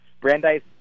Brandeis